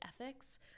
ethics